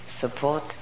support